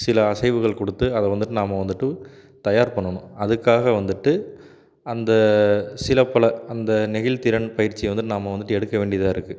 சில அசைவுகள் கொடுத்து அதை வந்துட்டு நாம் வந்துட்டு தயார் பண்ணணும் அதுக்காக வந்துட்டு அந்த சில பல அந்த நெகிழ் திறன் பயிற்சியை வந்துட்டு நம்ம வந்துட்டு எடுக்க வேண்டியதாக இருக்குது